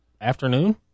afternoon